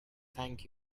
thank